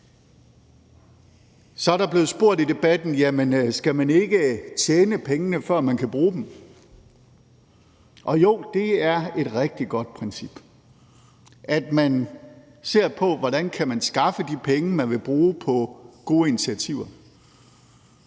i debatten blevet spurgt: Jamen skal man ikke tjene pengene, før man kan bruge dem? Og jo, det er et rigtig godt princip – at man ser på, hvordan man kan skaffe de penge, man vil bruge på gode initiativer.